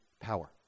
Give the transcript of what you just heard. power